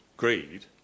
greed